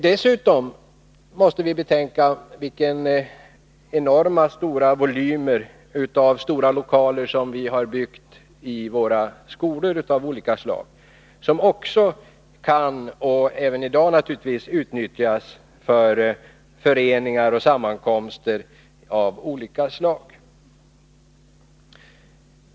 Dessutom måste vi betänka vilka enorma volymer av stora lokaler som vi har byggt i våra olika skolor, lokaler som kan utnyttjas — och det sker naturligtvis redan i dag — för föreningsmöten och sammankomster av olika slag.